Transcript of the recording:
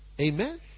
amen